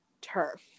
turf